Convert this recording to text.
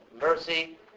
mercy